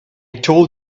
told